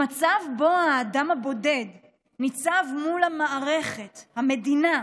במצב שבו האדם הבודד ניצב מול המערכת, המדינה,